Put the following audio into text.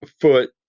foot